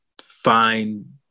find